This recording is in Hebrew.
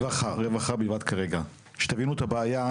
רווחה בלבד כרגע, שתבינו את הבעיה.